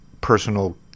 personal